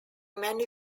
many